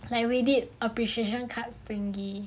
like we did appreciation cards thingy